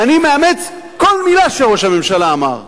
אני מאמץ כל מלה שראש הממשלה אמר.